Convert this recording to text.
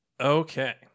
Okay